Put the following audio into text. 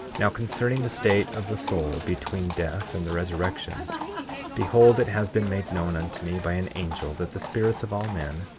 now, concerning the state of the soul between death and the resurrection behold, it has been made known unto me by an angel, that the spirits of all men,